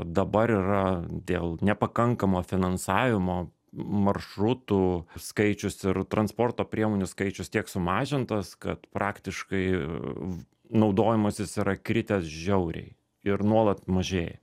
dabar yra dėl nepakankamo finansavimo maršrutų skaičius ir transporto priemonių skaičius tiek sumažintas kad praktiškai v naudojimasis yra kritęs žiauriai ir nuolat mažėja